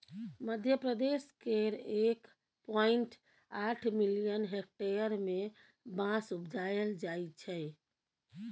मध्यप्रदेश केर एक पॉइंट आठ मिलियन हेक्टेयर मे बाँस उपजाएल जाइ छै